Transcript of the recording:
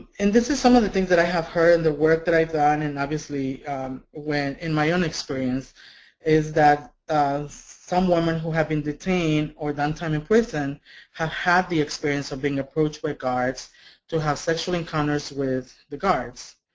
and this is some of the thing that i have heard, the work that i've done, and obviously when in my own experience is that some women who have been detained or done time in prison have had the experience of being approached by guards to have sexual encounters with the guards.